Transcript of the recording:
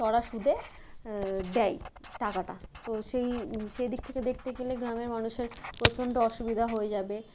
চড়া সুদে দেয় টাকাটা তো সেই সেই দিক থেকে দেখতে গেলে গ্রামের মানুষের প্রচণ্ড অসুবিধা হয়ে যাবে